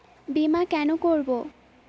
বিমা কেন করব?